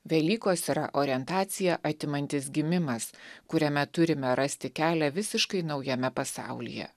velykos yra orientaciją atimantis gimimas kuriame turime rasti kelią visiškai naujame pasaulyje